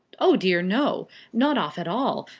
o dear, no not off at all.